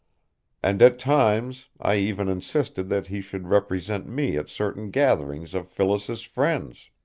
and at times i even insisted that he should represent me at certain gatherings of phyllis's friends,